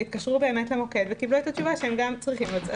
התקשרו למוקד וקיבלו את התשובה שהם גם צריכים בידוד.